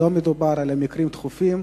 לא מדובר במקרים דחופים.